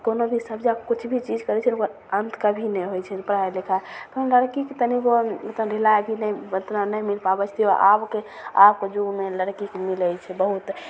कोनो भी सबजेक्ट किछु भी चीज करै छै ओकर अन्त कभी नहि होइ छै पढ़ाइ लिखाइ लड़कीके तनिगो मतलब ढिलाइ भी नहि ओतना नहि मिलि पाबै छै तहिओ आबके आबके जुगमे लड़कीके मिलै छै बहुत तऽ